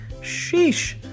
Sheesh